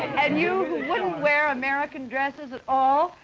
and you wouldn't wear american dresses at all!